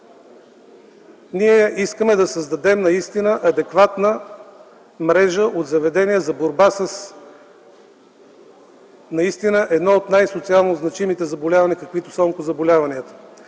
Ние искаме да създадем наистина адекватна мрежа от заведения за борба с наистина едно от най-социално значимите заболявания, каквито са онкозаболяванията.